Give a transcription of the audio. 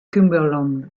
cumberland